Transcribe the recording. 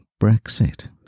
Brexit